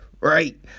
right